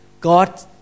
God